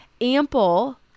ample